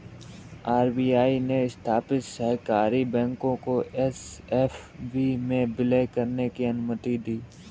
RBI ने स्थापित सहकारी बैंक को एस.एफ.बी में विलय करने की अनुमति दी